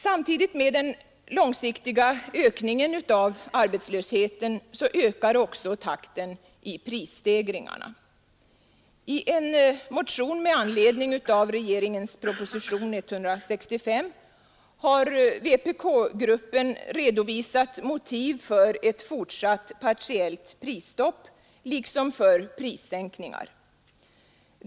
Samtidigt med den långsiktiga ökningen av arbetslösheten ökar också takten i prisstegringarna. I en motion med anledning av regeringens proposition nr 165 har vpk-gruppen redovisat motiv för ett fortsatt partiellt prisstopp liksom för prissänkningar.